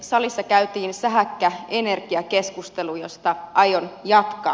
salissa käytiin sähäkkä energiakeskustelu josta aion jatkaa